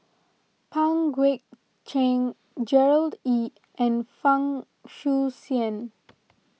Pang Guek Cheng Gerard Ee and Fang